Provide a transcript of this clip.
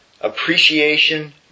appreciation